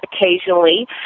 occasionally